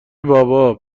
بابا